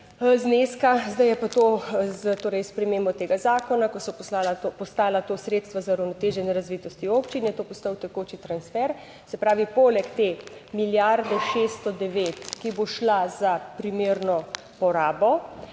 torej s spremembo tega zakona, ko so postala to sredstva za uravnoteženje razvitosti občin, je to postal tekoči transfer. Se pravi, poleg te milijarde 609, ki bo šla za primerno porabo,